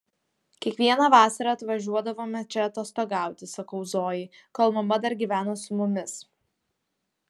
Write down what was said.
kiekvieną vasarą atvažiuodavome čia atostogauti sakau zojai kol mama dar gyveno su mumis